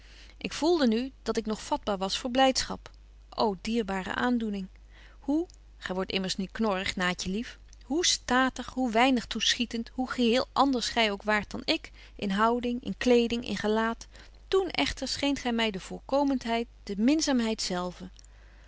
ik voelde nu dat ik nog vatbaar was voor blydschap o dierbare aandoening hoe gy wordt immers niet knorrig naatje lief hoe staatig hoe weinig toeschietend hoe geheel anders gy ook waart dan ik in houding in kleding in gelaat toen echter scheent gy my de voorkomenheid de